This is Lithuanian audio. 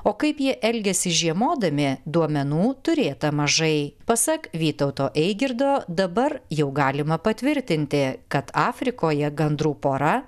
o kaip jie elgiasi žiemodami duomenų turėta mažai pasak vytauto eigirdo dabar jau galima patvirtinti kad afrikoje gandrų pora